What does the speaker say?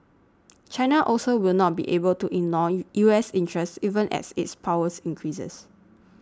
China also will not be able to ignore U S interests even as its power increases